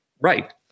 Right